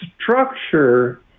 structure